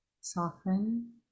Soften